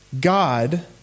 God